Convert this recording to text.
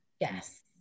Yes